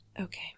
Okay